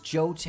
Joe